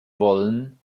wollen